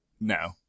No